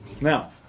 Now